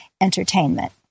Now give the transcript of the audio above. entertainment